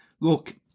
look